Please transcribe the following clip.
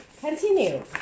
Continue